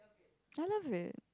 I love it